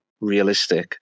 realistic